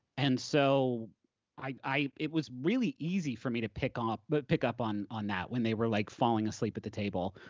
and so it was really easy for me to pick ah up but pick up on on that, when they were like falling asleep at the table.